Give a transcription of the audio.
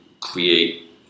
create